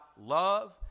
love